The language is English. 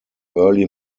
early